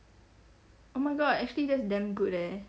oh my god actually that's damn good eh